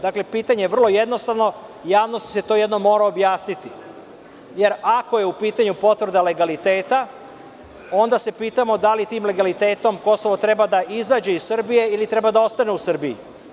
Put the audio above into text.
Dakle, pitanje je vrlo jednostavno, javnosti se to jednom mora objasniti, jer ako je u pitanju potvrda legaliteta, onda se pitamo da li tim legalitetom Kosovo treba da izađe iz Srbije, ili treba da ostane u Srbiji.